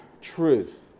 Truth